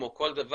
כמו כל דבר,